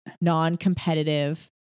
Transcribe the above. non-competitive